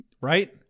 Right